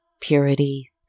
purity